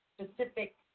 specific